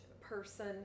person